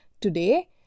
today